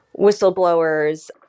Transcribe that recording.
whistleblowers